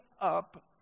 up